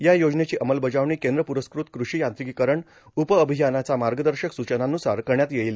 या योजनेची अंमलबजावणी केंद्र पुरस्कृत कृषी यांत्रिकीकरण उप अभियानाच्या मार्गदर्शक सूचनांनुसार करण्यात येईल